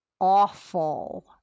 awful